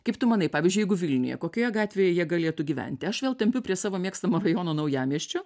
kaip tu manai pavyzdžiui jeigu vilniuje kokioje gatvėje jie galėtų gyventi aš vėl tempiu prie savo mėgstamo rajono naujamiesčio